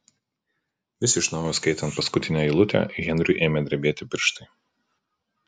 vis iš naujo skaitant paskutinę eilutę henriui ėmė drebėti pirštai